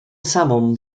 samą